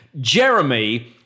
Jeremy